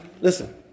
Listen